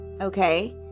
okay